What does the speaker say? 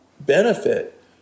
benefit